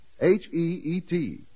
H-E-E-T